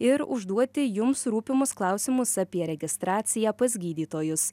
ir užduoti jums rūpimus klausimus apie registraciją pas gydytojus